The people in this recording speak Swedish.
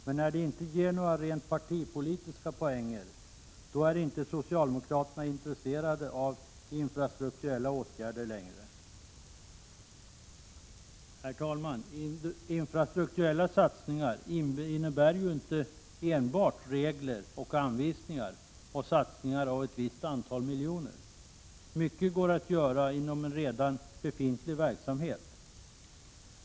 Men när det inte ger några rent partipolitiska poänger då är socialdemokraterna inte längre intresserade av infrastrukturella åtgärder. Herr talman! Infrastrukturella satsningar innebär inte enbart regler och anvisningar och satsningar av ett visst antal miljoner. Mycket går att göra inom redan befintlig verksamhet.